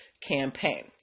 campaign